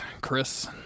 Chris